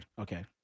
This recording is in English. Okay